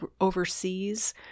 overseas